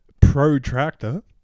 protractor